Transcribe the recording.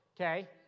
Okay